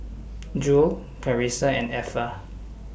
Jule Carisa and Effa